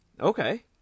Okay